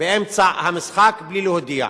באמצע המשחק בלי להודיע.